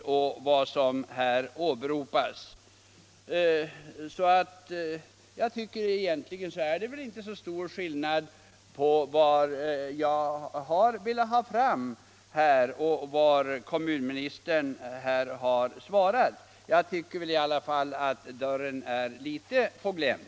Det är alltså egentligen inte stor skillnad mellan vad jag har velat få fram och vad kommunministern har sagt i svaret. Jag tycker i alla fall att dörren är litet på glänt.